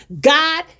God